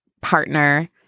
partner